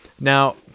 Now